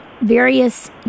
various